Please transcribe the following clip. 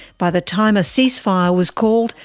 by the time a ceasefire was called,